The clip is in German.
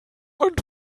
und